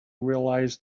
realize